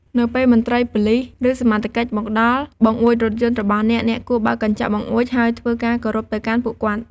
នៅពេលមន្ត្រីប៉ូលិស ឬសមត្ថកិច្ចមកដល់បង្អួចរថយន្តរបស់អ្នក អ្នកគួរបើកកញ្ចក់បង្អួច ហើយធ្វើការគោរពទៅកាន់ពួកគាត់។